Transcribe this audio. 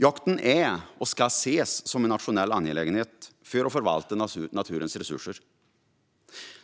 Jakten är och ska ses som en nationell angelägenhet för att förvalta naturens resurser.